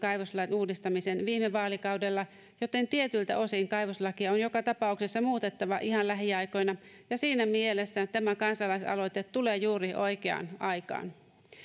kaivoslain uudistamisen jo viime vaalikaudella joten tietyiltä osin kaivoslakia on joka tapauksessa muutettava ihan lähiaikoina ja siinä mielessä tämä kansalaisaloite tulee juuri oikeaan aikaan